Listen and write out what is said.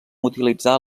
utilitzar